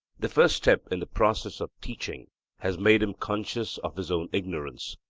the first step in the process of teaching has made him conscious of his own ignorance.